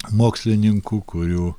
mokslininkų kurių